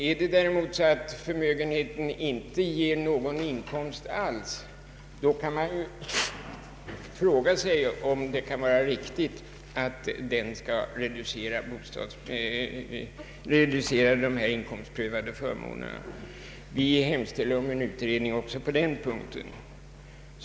Om förmögenheten däremot inte ger någon inkomst alls kan man fråga sig om det är riktigt att förmögenheten skall reducera de inkomstprövade förmånerna. Vi hemställer om en utredning även på denna punkt.